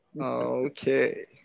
Okay